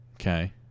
Okay